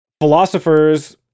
Philosophers